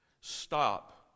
Stop